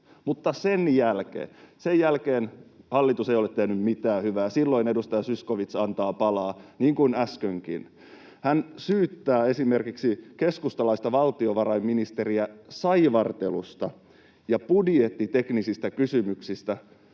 mutta sen jälkeen hallitus ei ole tehnyt mitään hyvää. Silloin edustaja Zyskowicz antaa palaa, niin kuin äskenkin. Hän syyttää esimerkiksi keskustalaista valtiovarainministeriä saivartelusta ja budjettiteknisistä kysymyksistä,